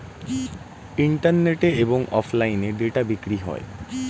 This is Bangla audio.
ইন্টারনেটে এবং অফলাইনে ডেটা বিক্রি হয়